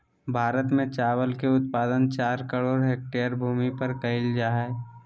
भारत में चावल के उत्पादन चार करोड़ हेक्टेयर भूमि पर कइल जा हइ